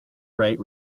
wright